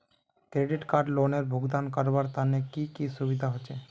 Credit card लोनेर भुगतान करवार तने की की सुविधा होचे??